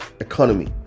economy